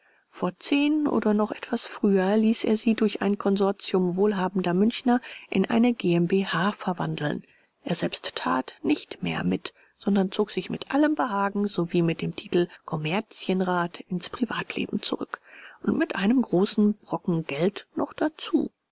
vor zehn oder noch etwas früher ließ er sie durch ein konsortium wohlhabender münchner in eine g m b h verwandeln er selbst tat nicht mehr mit sondern zog sich mit allem behagen sowie mit dem titel kommerzienrat ins privatleben zurück und mit einem großen brocken geld noch dazu